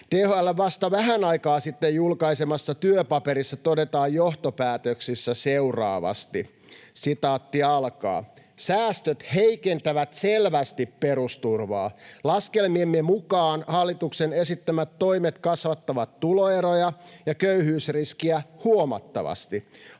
THL:n vasta vähän aikaa sitten julkaisemassa työpaperissa todetaan johtopäätöksissä seuraavasti: ”Säästöt heikentävät selvästi perusturvaa. Laskelmiemme mukaan hallituksen esittämät toimet kasvattavat tuloeroja ja köyhyysriskiä huomattavasti.